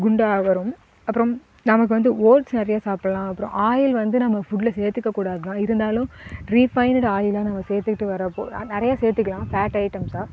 குண்டாக வரும் அப்புறம் நமக்கு வந்து ஓட்ஸ் நிறைய சாப்பிட்லாம் அப்புறம் ஆயில் வந்து நம்ம ஃபுட்டில் சேர்த்துக்க கூடாது தான் இருந்தாலும் ரீஃபையினுடு ஆயிலாக நம்ம சேர்த்துட்டு வரப்போது நிறைய சேர்த்துக்குலாம் ஃபேட் ஐட்டெம்ஸாக